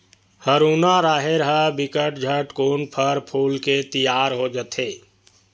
हरूना राहेर ह बिकट झटकुन फर फूल के तियार हो जथे